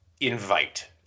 invite